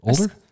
Older